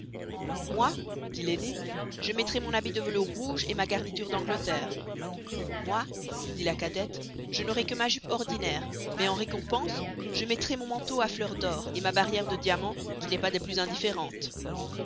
moy dit l'aînée je mettray mon habit de velours rouge et ma garniture d'angleterre moy dit la cadette je n'auray que ma juppe ordinaire mais en récompense je mettray mon manteau à fleurs d'or ma barriere de diamants qui n'est pas des plus indifférentes